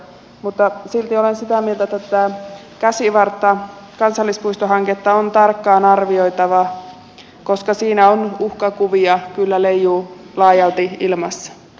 mutta silti olen sitä mieltä että tätä käsivartta kansallispuistohanketta on tarkkaan arvioitava koska siinä uhkakuvia kyllä leijuu laajalti ilmassa